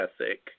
ethic